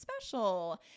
special